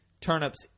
turnips